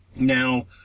Now